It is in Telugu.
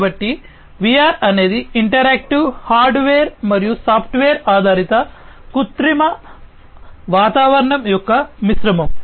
కాబట్టి VR అనేది ఇంటరాక్టివ్ హార్డ్వేర్ మరియు సాఫ్ట్వేర్ ఆధారిత కృత్రిమ వాతావరణం యొక్క మిశ్రమం